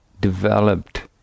developed